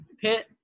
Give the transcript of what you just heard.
pit